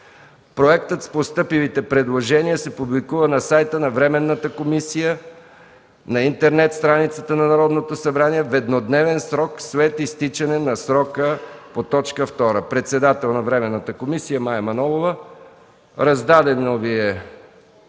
Проектът с постъпилите предложения се публикува на сайта на временната комисия, на интернет страницата на Народното събрание в еднодневен срок след изтичане на срока по т. 2. Председател на временната комисия: Мая Манолова.” Раздадено Ви е